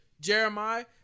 Jeremiah